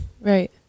Right